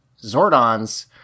Zordons